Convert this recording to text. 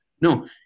No